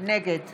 נגד